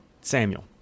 Samuel